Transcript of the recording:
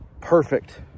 perfect